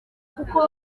kuko